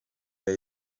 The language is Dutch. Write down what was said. bij